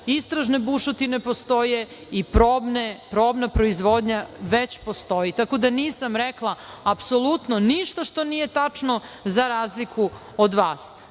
Istražne bušotine postoje i probna proizvodnja već postoji, tako da nisam rekla apsolutno ništa što nije tačno, za razliku od vas. Da